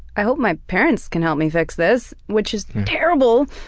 i hope my parents can help me fix this, which is terrible,